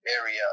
area